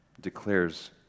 declares